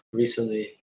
recently